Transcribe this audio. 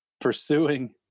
pursuing